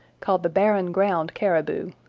called the barren ground caribou.